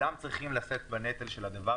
אנחנו יכולים לעשות איזונים,